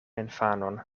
infanon